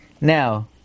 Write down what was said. Now